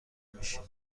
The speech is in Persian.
میشین